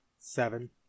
seven